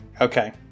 Okay